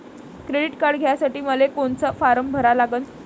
Credit card घ्यासाठी मले कोनचा फारम भरा लागन?